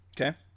Okay